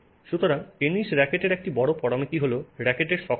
সুতরাং টেনিস রাকেটের একটি বড় পরামিতি হল রাকেটের শক্ততা